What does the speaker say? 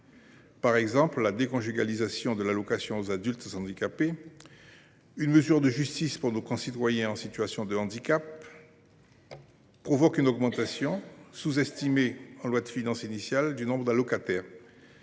Par exemple, la déconjugalisation de l’allocation aux adultes handicapés, une mesure de justice pour nos concitoyens en situation de handicap, provoque une augmentation, sous estimée en loi de finances initiale, du nombre d’allocataires.